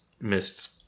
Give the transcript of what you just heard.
missed –